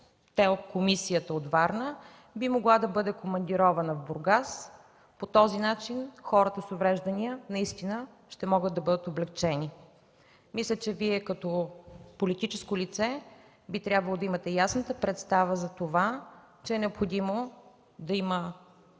– комисията от Варна би могла да бъде командирована в Бургас. По този начин хората с увреждания наистина ще могат да бъдат облекчени. Мисля, че Вие като политическо лице би трябвало да имате ясната представа, че е необходимо да има